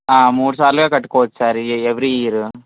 ఆ మూడుసార్లుగా కట్టుకోవచ్చు సార్ ఎవిరీ ఇయర్